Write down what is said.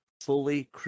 fully